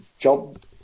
job